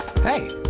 Hey